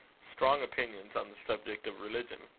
strong opinions on the subject of religion.